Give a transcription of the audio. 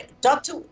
Doctor